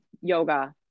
yoga